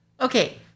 Okay